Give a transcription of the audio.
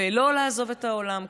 ולא לעזוב את העולם,